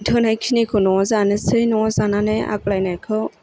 थोनाय खिनिखौ न'आव जानोसै न'आव जानानै आग्लायनायखौ